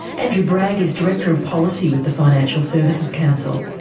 andrew bragg is director of policy with the financial services council.